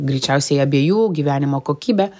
greičiausiai abiejų gyvenimo kokybę